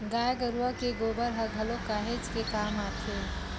गाय गरुवा के गोबर ह घलोक काहेच के काम आथे